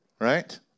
right